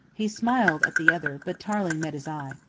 he smiled at the other, but tarling met his eye.